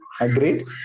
Agreed